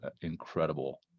incredible